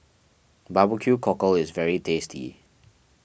Barbecue Cockle is very tasty